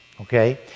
okay